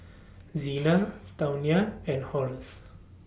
Zina Tawnya and Horace